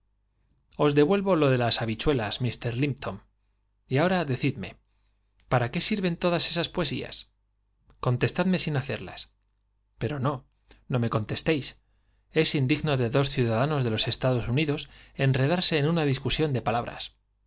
os devuelvo lo de las habichuelas mister limp ton y ahora dccidme para qué sirven todas esas poesías contestadme sin hacerlas pero no no me contestéis es indigno de dos ciudadanos de los es tados unidos enredarse en una discusión de